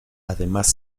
además